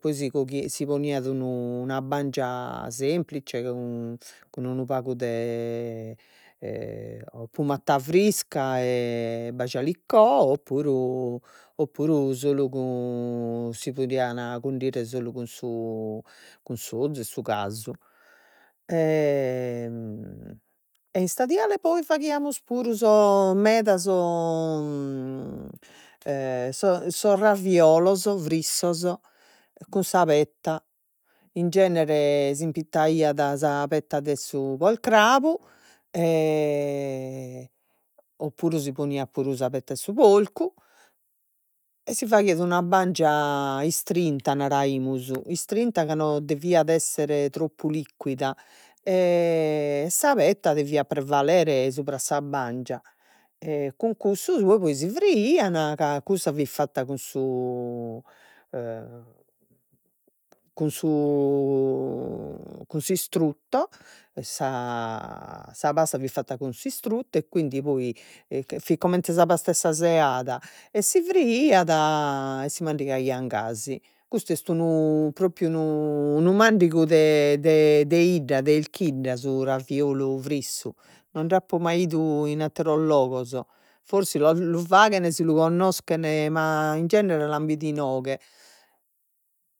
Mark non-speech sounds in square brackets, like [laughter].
Poi si [unintelligible] si poniat unu una bangia semplice, cun cun unu pagu de [hesitation] o pumatta frisca e bajalicò, o puru o puru solu cun si podian cundire, solu cun su cun s'ozu e su casu [hesitation] e in istadiale poi faghiamus puru sos meda sos [hesitation] sos sos raviolos frissos, cun sa petta, in genere s'impitaiat sa petta de su porcrabu [hesitation] o puru si poniat puru sa petta 'e su porcu, e si faghiat una bangia istrinta, naraimus istrinta, ca non deviat esser troppu liquida [hesitation] sa petta deviat prevalere subra sa bangia e cun cussu tue poi si friian, ca, cussa fit fatta cun su [hesitation] cun su cun s'istrutto, sa sa pasta fit fatta cun s'istrutto e quindi poi fit comente sa pasta 'e sa seada, e si friat, e si mandigaian gasi, custu est unu propriu unu unu mandigu de de de 'idda de 'Elchidda su raviolu frissu, non d'apo mai 'idu in atteros logos, forsi lu faghen, si lu connoschen, ma in genere l'an bidu inoghe.